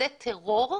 זה טרור,